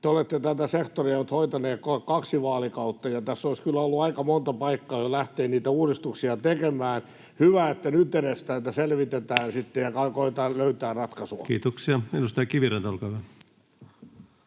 te olette tätä sektoria nyt hoitaneet kohta kaksi vaalikautta ja tässä olisi kyllä ollut aika monta paikkaa jo lähteä niitä uudistuksia tekemään. Hyvä, että nyt edes tätä selvitetään sitten ja koetetaan löytää ratkaisua. Kiitoksia. — Edustaja Kiviranta, olkaa hyvä.